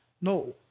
no